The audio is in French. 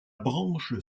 branche